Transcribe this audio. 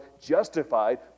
justified